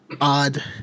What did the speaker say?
odd